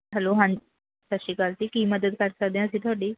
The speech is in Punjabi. ਹੈਲੋ ਹਾਂਜੀ ਸਤਿ ਸ਼੍ਰੀ ਅਕਾਲ ਜੀ ਕੀ ਮਦਦ ਕਰ ਸਕਦੇ ਹਾਂ ਅਸੀਂ ਤੁਹਾਡੀ